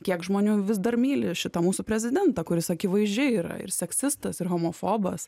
kiek žmonių vis dar myli šitą mūsų prezidentą kuris akivaizdžiai yra ir seksistas ir homofobas